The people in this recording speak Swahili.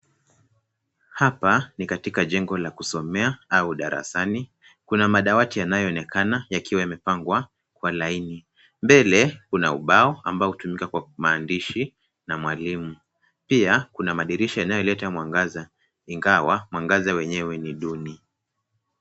Hapa ni katika jengo la kusomea au darasani. Kuna madawati yanayoonekana yakiwa yamepangwa kwa laini. Mbele kuna ubao ambao hutumika kwa maandishi na mwalimu. Pia kuna madirisha yanayoleta mwangaza ingawa mwangaza wenyewe ni duni.